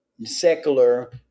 secular